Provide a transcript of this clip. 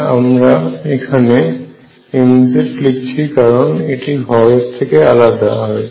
এবং আমরা এখানে mz লিখছি কারণ এটি ভরের থেকে আলাদা হয়